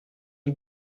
une